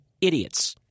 idiots